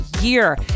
year